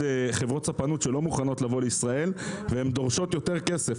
חברות ספנות שלא מוכנות לבוא לישראל והן דורשות יותר כסף.